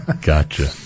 Gotcha